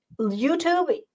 YouTube